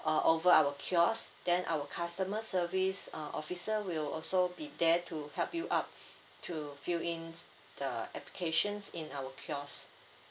uh over our kiosk then our customer service uh officer will also be there to help you up to fill in the applications in our kiosk